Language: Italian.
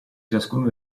ciascuna